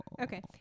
okay